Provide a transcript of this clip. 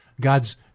God's